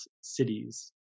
cities